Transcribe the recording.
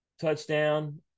touchdown